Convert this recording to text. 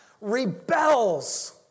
rebels